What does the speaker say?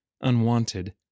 unwanted